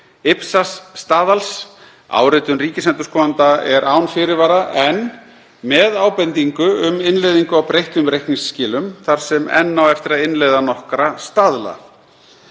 IPSAS-staðals. Áritun ríkisendurskoðanda er án fyrirvara en með ábendingu um innleiðingu á breyttum reikningsskilum þar sem enn á eftir að innleiða nokkra staðla.